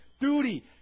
duty